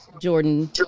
Jordan